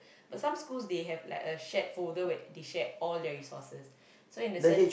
but some schools they have like a shared folder where they shared all their resources so in that sense